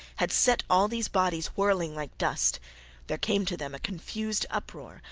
had set all these bodies whirling like dust there came to them a confused uproar,